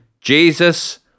Jesus